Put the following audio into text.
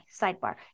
sidebar